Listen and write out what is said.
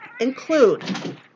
include